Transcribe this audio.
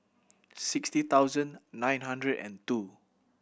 sixty thousand nine hundred and two